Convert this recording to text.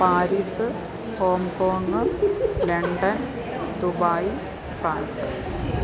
Paris Hong Kong London Dubai France